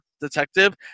detective